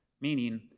meaning